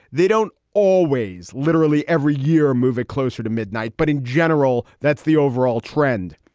they don't always literally every year move it closer to midnight. but in general, that's the overall trend.